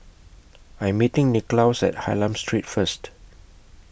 I'm meeting Nicklaus At Hylam Street First